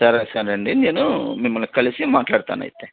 సరే సరే అండి నేనూ మిమల్ని కలిసి మాట్లాడ్తాను అయితే